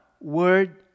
word